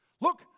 Look